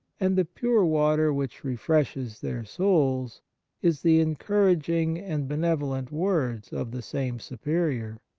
and the pure water which refreshes their souls is the en couraging and benevolent words of the same superior.